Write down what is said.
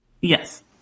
Yes